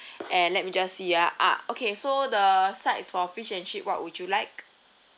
and let me just see ah okay so the sides for fish and chip what would you like